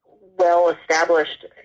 well-established